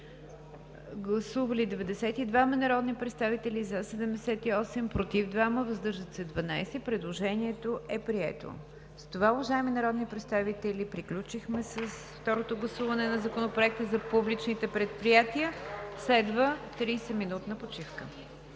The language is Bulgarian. Гласували 92 народни представители, за 78, против 2 и въздържали се 12. Предложенията са приети. С това, уважаеми народни представители, приключихме с второто гласуване на Законопроекта за публичните предприятия. (Частични